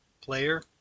player